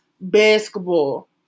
basketball